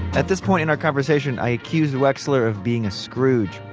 at this point in our conversation, i accused wexler of being a scrooge.